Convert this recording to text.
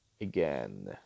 again